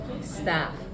Staff